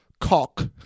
cock